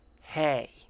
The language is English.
hey